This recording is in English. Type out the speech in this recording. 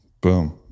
Boom